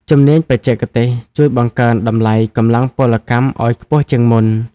ជំនាញបច្ចេកទេសជួយបង្កើនតម្លៃកម្លាំងពលកម្មឱ្យខ្ពស់ជាងមុន។